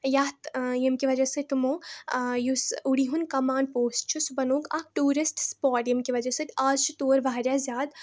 یَتھ ییٚمہِ کہِ وَجہ سۭتۍ تمو یُس اُڈی ہُنٛد کَمان پوسٹ چھُ سُہ بَنووُکھ اَکھ ٹیوٗرِسٹ سپاٹ ییٚمہِ کہِ وَجہ سۭتۍ آز چھِ تور واریاہ زیادٕ